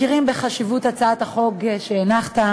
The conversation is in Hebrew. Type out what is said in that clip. מכירים בחשיבות הצעת החוק שהנחת,